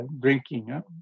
drinking